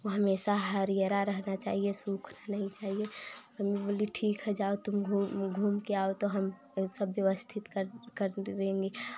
वह हमेशा हरियर रहना चाहिए सूख नहीं चाहिए तो मम्मी बोली ठीक है जाओ तुम घूम के आओ तो हम सब व्यवस्थित कर देंगे